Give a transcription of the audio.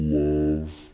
love